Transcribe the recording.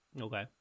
Okay